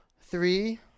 three